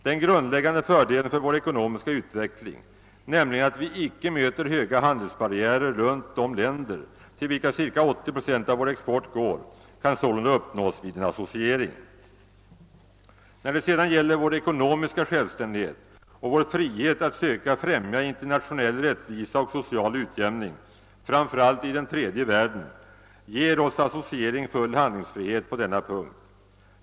Den grundläggande fördelen för vår ekonomiska utveckling, nämligen att vi icke möter höga handelsbarriärer runt de länder, till vilka ca 80 procent av vår export går, kan sålunda uppnås vid en associering. När det sedan gäller vår ekonomiska självständighet och vår frihet att söka främja internationell rättvisa och social utjämning, framför allt i den tredje världen, ger oss associeringen full handlingsfrihet på denna punkt.